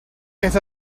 get